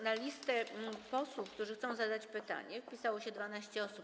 Na listę posłów, którzy chcą zadać pytanie, wpisało się 12 osób.